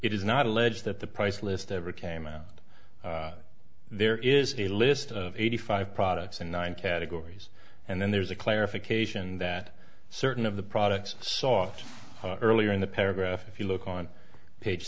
it is not alleged that the price list ever came out there is a list of eighty five products and nine categories and then there's a clarification that certain of the products sought earlier in the paragraph if you look on page